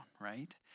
right